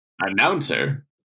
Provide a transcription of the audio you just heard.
Announcer